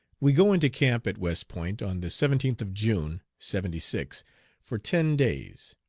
we go into camp at west point on the seventeenth of june, seventy six for ten days.